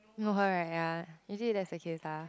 know her right ya is it the